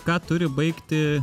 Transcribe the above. ką turi baigti